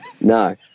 No